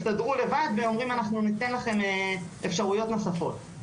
תסתדרו לבד ואנחנו ניתן לכם אפשרויות נוספות.